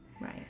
right